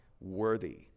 worthy